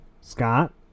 Scott